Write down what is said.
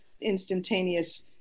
instantaneous